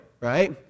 right